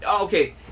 okay